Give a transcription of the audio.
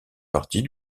partie